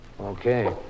Okay